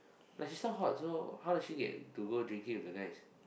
but she's not hot so how does she get to go drinking with the guys